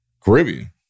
Caribbean